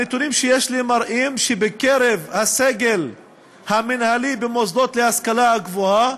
הנתונים שיש לי מראים שבקרב הסגל המינהלי במוסדות להשכלה הגבוהה,